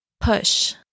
push